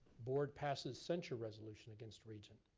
board passes censure resolution against regent.